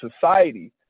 society